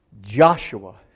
Joshua